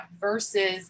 versus